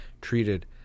treated